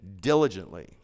diligently